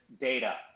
data